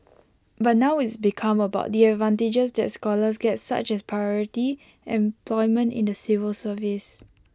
but now it's become about the advantages that scholars get such as priority employment in the civil service